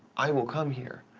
i will come here.